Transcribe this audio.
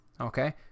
Okay